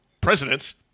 Presidents